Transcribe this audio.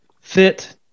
fit